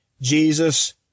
Jesus